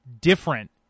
different